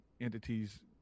entities